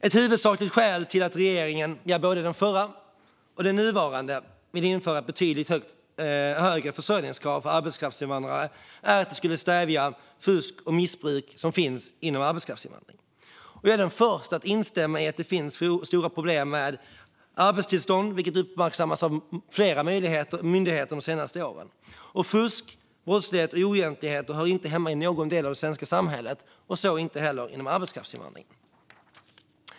Ett huvudsakligt skäl till att regeringen, både den förra och den nuvarande, vill införa ett betydligt högre försörjningskrav för arbetskraftsinvandrare är att det skulle stävja det fusk och missbruk som finns inom arbetskraftsinvandringen. Jag är den första att instämma i att det finns stora problem med missbruk av arbetstillstånd, vilket har uppmärksammats av flera myndigheter de senaste åren. Fusk, brottslighet och oegentligheter hör inte hemma i någon del av det svenska samhället, inte heller inom arbetskraftsinvandringen.